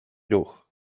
ruch